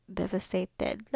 devastated